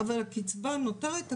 אבל הקצבה נותרת,